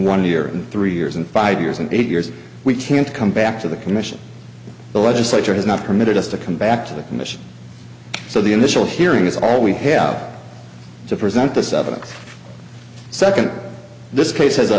one year in three years and five years and eight years we can't come back to the commission the legislature has not permitted us to come back to the commission so the initial hearing is all we have to present this evidence second this